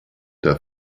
der